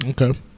Okay